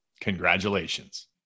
Congratulations